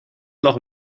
loch